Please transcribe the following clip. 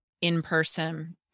in-person